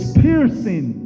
piercing